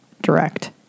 Direct